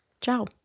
Ciao